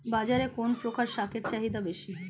বাজারে কোন প্রকার শাকের চাহিদা বেশী?